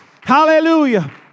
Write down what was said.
hallelujah